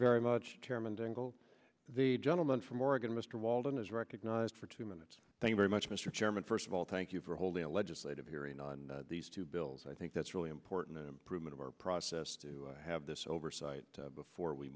very much chairman dingell the gentleman from oregon mr walden is recognized for two minutes thanks very much mr chairman first of all thank you for holding a legislative hearing on these two bills i think that's really important an improvement of our process to have this oversight before we